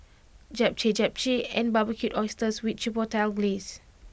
Japchae Japchae and Barbecued Oysters with Chipotle Glaze